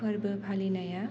फोर्बो फालिनाया